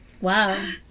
Wow